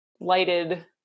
lighted